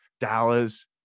Dallas